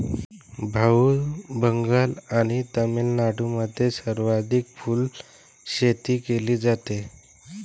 भाऊ, बंगाल आणि तामिळनाडूमध्ये सर्वाधिक फुलशेती केली जाते